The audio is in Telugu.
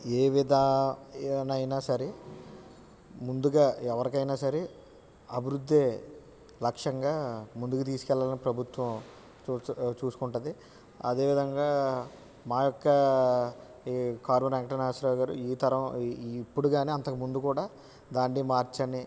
ఏ విధానైనా సరే ముందుగా ఎవరికైనా సరే అభివృద్దే లక్ష్యంగా ముందుకు తీసుకెళ్ళాలని ప్రభుత్వం చూసు చూసుకుంటుంది అదే విధంగా మా యొక్క కారుమూరి వెంకట నాగేశ్వరరావు గారు ఈ తరం ఇప్పుడు కానీ అంతకు ముందు కూడా దాన్ని మార్చని